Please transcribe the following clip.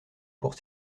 pour